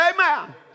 Amen